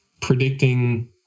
predicting